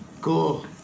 Cool